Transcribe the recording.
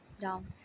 down